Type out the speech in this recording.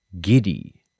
giddy